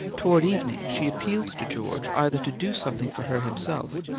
toward evening, she appealed to george either to do something for her himself,